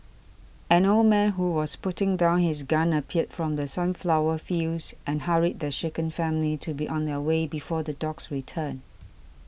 an old man who was putting down his gun appeared from the sunflower fields and hurried the shaken family to be on their way before the dogs return